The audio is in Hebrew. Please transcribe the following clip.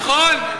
נכון.